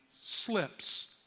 slips